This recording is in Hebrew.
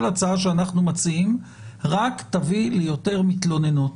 הצעה שאנחנו מציעים רק תביא ליותר מתלוננות.